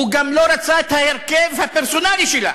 הוא גם לא רצה את ההרכב הפרסונלי שלה.